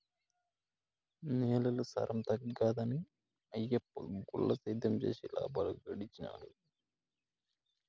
నేలల సారం తగ్గినాదని ఆయప్ప గుల్ల సేద్యం చేసి లాబాలు గడించినాడు